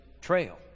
trail